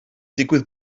digwydd